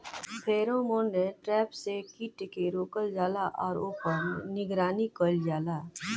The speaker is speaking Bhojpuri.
फेरोमोन ट्रैप से कीट के रोकल जाला और ऊपर निगरानी कइल जाला?